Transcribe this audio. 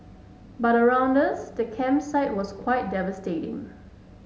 but around us the campsite was quite devastating